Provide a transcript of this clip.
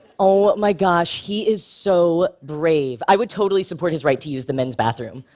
oh my gosh, he is so brave. i would totally support his right to use the men's bathroom.